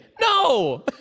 No